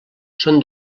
són